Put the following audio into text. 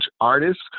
artists